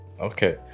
Okay